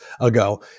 ago